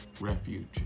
Refuge